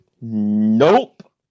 Nope